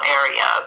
area